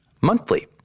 monthly